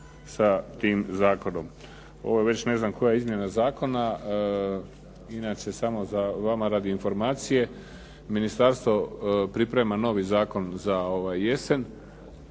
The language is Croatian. sa tim zakonom. Ovo je već ne znam koja izmjena zakona. Inače, samo vama radi informacije. Ministarstvo priprema novi zakon za jesen